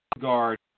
guard